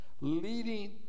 leading